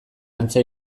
antza